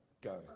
go